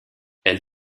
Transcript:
elle